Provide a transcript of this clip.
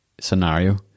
scenario